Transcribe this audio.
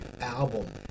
album